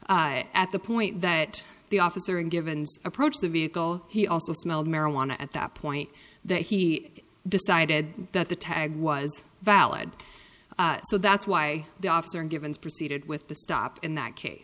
tag at the point that the officer in givens approached the vehicle he also smelled marijuana at that point that he decided that the tag was valid so that's why the officer givens proceeded with the stop in that case